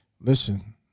Listen